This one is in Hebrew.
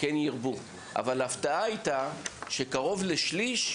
כן ירבו, אבל ההפתעה הייתה שקרוב לשליש,